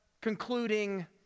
concluding